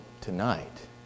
tonight